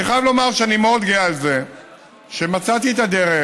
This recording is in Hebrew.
אני חייב לומר שאני מאוד גאה בזה שמצאתי את הדרך,